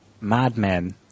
Madmen